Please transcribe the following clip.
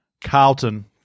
Carlton